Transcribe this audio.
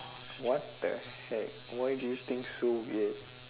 what the heck why do you think so weird